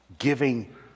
giving